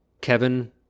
Kevin